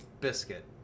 Biscuit